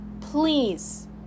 please